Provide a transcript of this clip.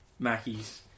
Mackies